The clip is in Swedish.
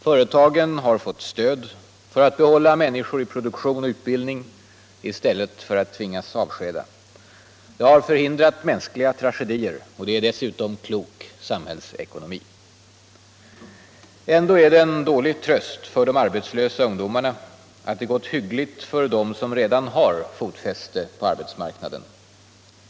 Företagen har fått stöd för att behålla människor i produktion och utbildning i stället för att tvingas avskeda. Det har förhindrat mänskliga tragedier. Det är dessutom klok samhällsekonomi. Ändå är det dålig tröst för de arbetslösa ungdomarna att det gått hyggligt för dem som redan har fotfäste på arbetsmarknaden.